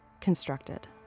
constructed